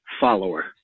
Follower